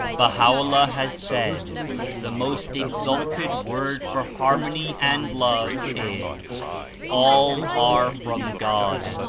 baiia'o'llah has said the most exalted word for harmony and love is all are from god.